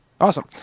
Awesome